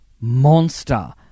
monster